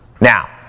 Now